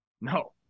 no